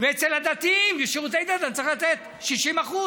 ואצל הדתיים בשירותי דת אני צריך לתת 60%?